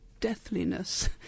deathliness